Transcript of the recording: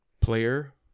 player